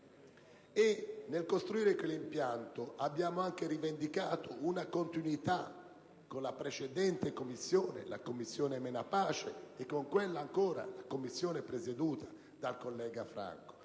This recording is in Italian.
Nel costruire quell'impianto, abbiamo anche rivendicato una continuità con la precedente Commissione, la Commissione Menapace, e con quella ancora precedente, presieduta dal collega Franco